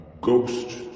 ghost